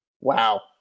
Wow